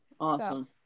Awesome